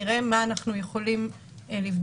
נראה מה אנחנו יכולים לבדוק.